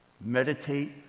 meditate